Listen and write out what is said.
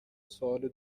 سوال